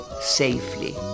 safely